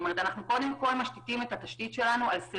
התשתית היא קודם כל תשתית סלולרית.